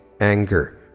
anger